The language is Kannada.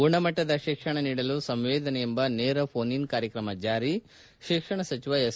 ಗುಣಮಟ್ಟದ ಶಿಕ್ಷಣ ನೀಡಲು ಸಂವೇದನೆ ಎಂಬ ನೇರ ಘೋನ್ ಇನ್ ಕಾರ್ಯಕ್ರಮ ಜಾರಿ ಶಿಕ್ಷಣ ಸಚಿವ ಎಸ್